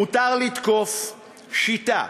מותר לתקוף שיטה,